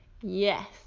Yes